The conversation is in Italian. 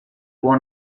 può